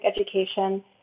education